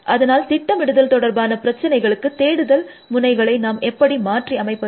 அதனால் திட்டமிடுதல் தொடர்பான பிரச்சசினைகளுக்கு தேடுதல் முனைகளை நாம் எப்படி மாற்றி அமைப்பது